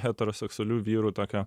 heteroseksualių vyrų tokią